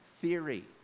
theory